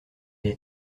est